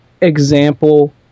example